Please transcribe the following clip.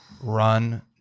run